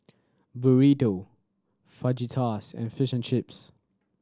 Burrito Fajitas and Fish and Chips